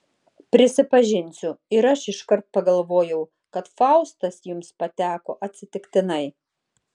prisipažinsiu ir aš iškart pagalvojau kad faustas jums pateko atsitiktinai